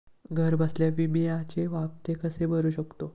घरबसल्या विम्याचे हफ्ते कसे भरू शकतो?